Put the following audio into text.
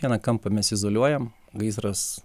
vieną kampą mes izoliuojam gaisras